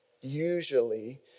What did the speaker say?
usually